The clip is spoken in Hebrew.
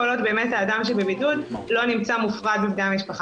כל עוד האדם שבבידוד לא מופרד מבני המשפחה.